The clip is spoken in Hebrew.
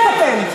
רק אתם.